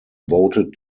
voted